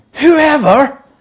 Whoever